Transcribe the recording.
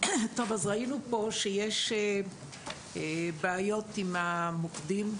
ראינו פה שיש בעיות עם המוקדים,